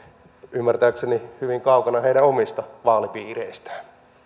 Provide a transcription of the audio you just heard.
ymmärtääkseni hyvin kaukana heidän omista vaalipiireistään